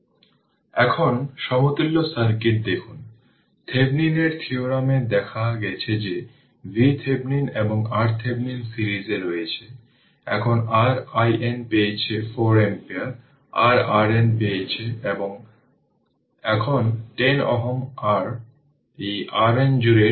তাহলে তার মানে L di dt i R 0 এর মানে di dt R L i 0 বা di i R L dt তাই উভয় দিকে ইন্টিগ্রেট করুন